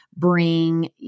bring